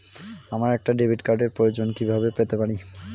আমার একটা ডেবিট কার্ডের প্রয়োজন কিভাবে পেতে পারি?